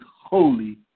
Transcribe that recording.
holy